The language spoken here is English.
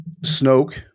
Snoke